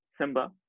Simba